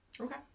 Okay